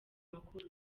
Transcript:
makuru